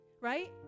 right